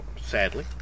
sadly